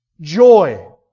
Joy